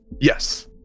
Yes